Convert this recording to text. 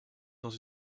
dans